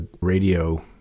radio